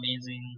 amazing